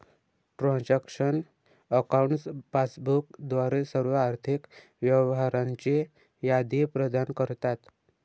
transaction accounts passbook द्वारे सर्व आर्थिक व्यवहारांची यादी प्रदान करतात